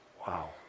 Wow